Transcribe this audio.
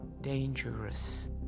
dangerous